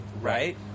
right